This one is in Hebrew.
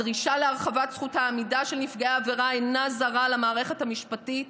הדרישה להרחבת זכות העמידה של נפגעי העבירה אינה זרה למערכת המשפטית,